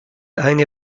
eine